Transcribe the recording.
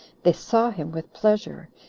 they saw him with pleasure,